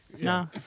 No